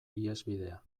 ihesbidea